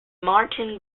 martin